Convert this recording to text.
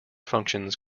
functions